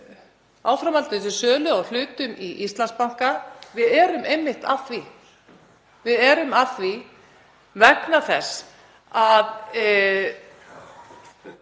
áframhaldandi sölu á hlutum í Íslandsbanka. Við erum einmitt að því. Við erum að því vegna þess að